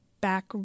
back